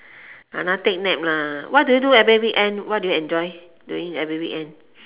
take nap lah what do you every weekend what do you enjoy doing every weekend